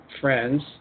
friends